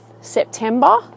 September